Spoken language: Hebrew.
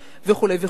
וכו' וכו'.